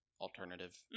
alternative